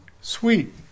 sweet